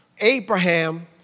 Abraham